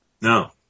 No